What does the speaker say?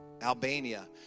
Albania